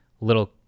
little